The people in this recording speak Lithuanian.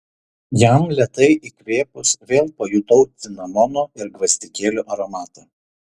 jam lėtai įkvėpus vėl pajutau cinamono ir gvazdikėlių aromatą